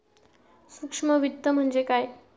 सूक्ष्म वित्त म्हणजे काय?